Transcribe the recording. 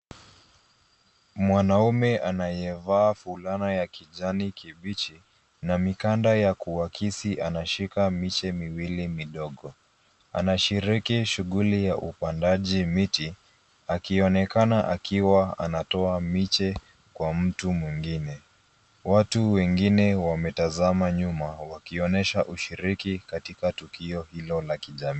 Mwanaume anayevaa fulana ya kijani kibichi na mikanda ya kuwakisi anashika miche miwili midogo ,anashiriki shughuli ya upandaji miti akionekana akiwa anatoa miche kwa mtu mwingine, watu wengine wametazama nyuma wakionyesha ushiriki katika tukio hilo la kijamii.